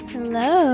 Hello